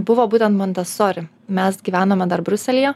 buvo būtent montesori mes gyvename dar briuselyje